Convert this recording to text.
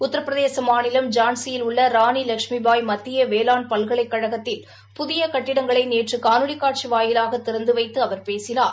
உத்தரபிரதேச மாநிலம் ஜான்சியில் உள்ள ராணி லகுட்மிபாய் மத்திய வேளாண் பல்கலைக் கழகத்தில் புதிய கட்டிடங்களை நேற்று காணொலிக் காட்சி வாயிலாக திறந்துவைத்து அவர் பேசினார்